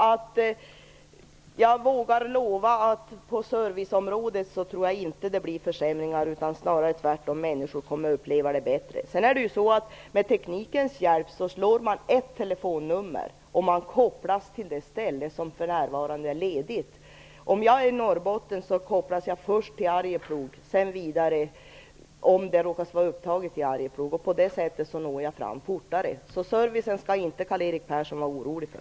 Jag vågar därför lova att det inte blir försämringar på serviceområdet, utan tvärtom kommer människor att uppleva att det blir bättre. Med teknikens hjälp slår man ett telefonnummer, och man kopplas till det ställe som för tillfället är ledigt. Om jag är i Norrbotten kopplas jag först till Arjeplog, och om det råkar vara upptaget där kopplas jag vidare. På det sättet når jag fram fortare. Servicen skall Karl-Erik Persson alltså inte vara orolig för.